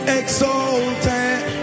exalted